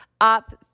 up